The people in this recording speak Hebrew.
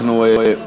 אנחנו, זה דיבור.